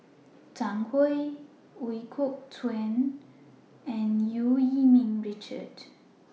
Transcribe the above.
Zhang Hui Ooi Kok Chuen and EU Yee Ming Richard